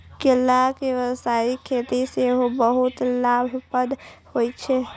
केलाक व्यावसायिक खेती सेहो बहुत लाभप्रद होइ छै